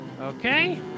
okay